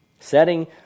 setting